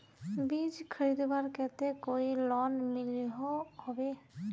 बीज खरीदवार केते कोई लोन मिलोहो होबे?